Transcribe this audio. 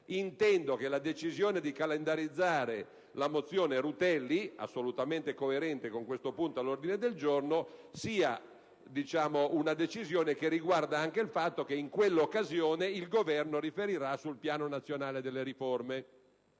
Intendo che la decisione di calendarizzare la mozione Rutelli, assolutamente coerente con questo punto all'ordine del giorno, riguardi anche il fatto che in quella occasione il Governo riferirà sul Piano nazionale delle riforme.